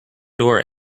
door